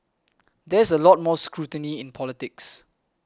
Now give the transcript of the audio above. there is a lot more scrutiny in politics